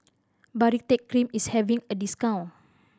Baritex Cream is having a discount